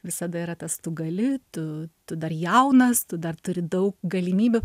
visada yra tas tu gali tu tu dar jaunas tu dar turi daug galimybių